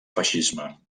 feixisme